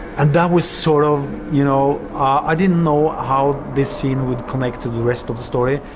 and that was sort of. you know, i didn't know how this scene would connect to the rest of the story,